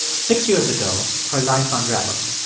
six years ago, her life unraveled.